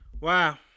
wow